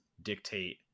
dictate